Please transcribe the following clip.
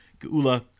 Geula